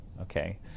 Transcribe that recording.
Okay